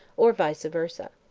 or vice versa.